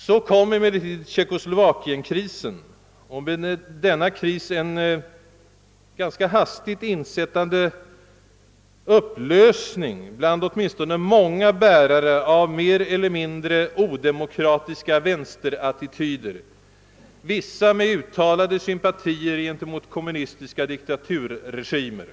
Så kom Tjeckoslovakienkrisen och med denna ett slags ganska hastigt insättande upplösning bland många bärare av mer eller mindre odemokratiska vänsterattityder — vissa med t.o.m. uttalade sympatier gentemot kommunistiska diktaturregimer.